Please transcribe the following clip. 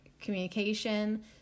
communication